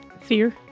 Fear